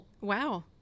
Wow